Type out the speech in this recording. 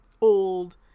old